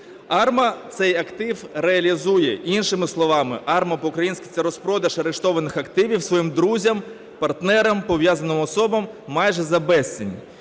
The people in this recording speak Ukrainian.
АРМА цей актив реалізує. Іншими словами АРМА по-українськи – це розпродаж арештованих активів своїм друзям, партнерам, пов'язаним особам майже за безцінь.